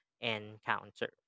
encounter